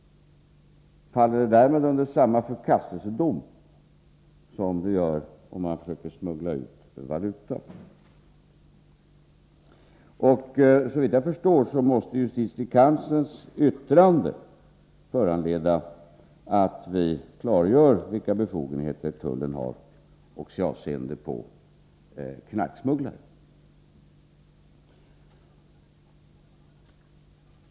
Blir det därvidlag samma förkastelsedom över tullverkets kontrollåtgärder som om man försöker hindra folk från att smuggla ut valuta? Såvitt jag förstår måste justitiekanslerns yttrande föranleda att vi klargör vilka befogenheter tullverket har också med avseende på knarksmugglarna.